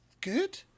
good